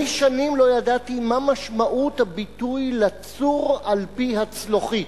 שנים לא ידעתי מה משמעות הביטוי לצור על פי צלוחית,